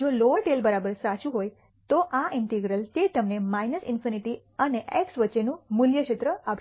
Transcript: જો lower tail સાચું હોય તો આ ઇન્ટિગ્રલ તે તમને ∞ અને x વચ્ચેનું મૂલ્ય ક્ષેત્ર આપશે